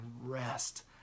rest